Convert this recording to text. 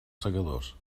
segadors